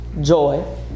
joy